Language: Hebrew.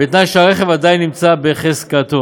בתנאי שהרכב עדיין נמצא בחזקתו.